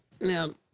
Now